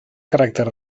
caràcter